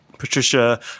Patricia